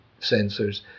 sensors